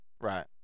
Right